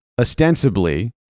ostensibly